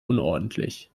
unordentlich